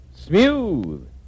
Smooth